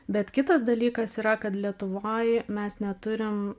bet kitas dalykas yra kad lietuvoj mes neturim